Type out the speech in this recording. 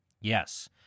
Yes